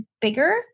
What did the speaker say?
bigger